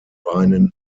beinen